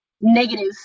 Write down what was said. negative